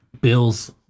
bills